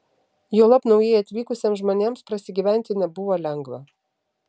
juolab naujai atvykusiems žmonėms prasigyventi nebuvo lengva